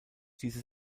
dieses